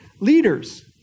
leaders